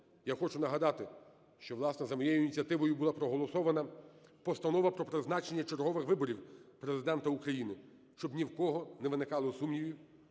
Я хочу нагадати, що, власне, за моєю ініціативою була проголосована Постанова про призначення чергових виборів Президента України, щоб ні в кого не виникало сумнівів: